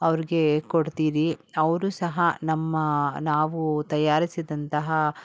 ಅವ್ರಿಗೆ ಕೊಡ್ತೀರಿ ಅವರು ಸಹ ನಮ್ಮ ನಾವು ತಯಾರಿಸಿದಂತಹ